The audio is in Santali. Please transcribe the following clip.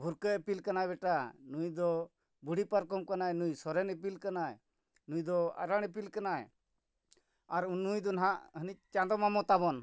ᱵᱷᱩᱨᱠᱟᱹ ᱤᱯᱤᱞ ᱠᱟᱱᱟᱭ ᱵᱮᱴᱟ ᱱᱩᱭ ᱫᱚ ᱵᱩᱲᱦᱤ ᱯᱟᱨᱠᱚᱢ ᱠᱟᱱᱟᱭ ᱱᱩᱭ ᱥᱚᱨᱮᱱ ᱤᱯᱤᱞ ᱠᱟᱱᱟᱭ ᱱᱩᱭ ᱫᱚ ᱟᱲᱟᱝ ᱤᱯᱤᱞ ᱠᱟᱱᱟᱭ ᱟᱨ ᱱᱩᱭ ᱫᱚ ᱱᱟᱦᱟᱜ ᱦᱟᱹᱱᱤᱡ ᱪᱟᱸᱫᱚ ᱢᱟᱢᱚ ᱛᱟᱵᱚᱱ